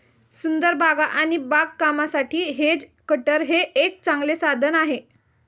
सुंदर बागा आणि बागकामासाठी हेज कटर हे एक चांगले साधन आहे